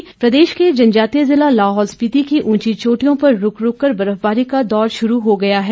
मौसम प्रदेश के जनजातीय जिला लाहौल स्पीति की उंची चोटियों पर रूक रूक कर बर्फबारी का दौर शुरू हो गया है